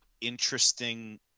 interesting